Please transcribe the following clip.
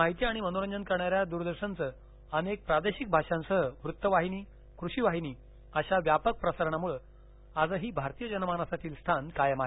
माहिती आणि मनोरंजन करणाऱ्या द्रदर्शनचं अनेक प्रादेशिक भाषांसह वृत्त वाहिनी कृषी वाहिनी अशा व्यापक प्रसारणामृळ आजही भारतीय जनमानसातील स्थान कायम आहे